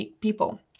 people